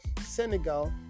Senegal